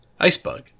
Icebug